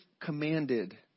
commanded